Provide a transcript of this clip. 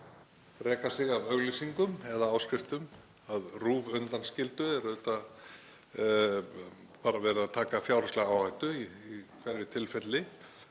reka sig af auglýsingum eða áskriftum. Að RÚV undanskildu er auðvitað verið að taka fjárhagslega áhættu í hverju tilfelli.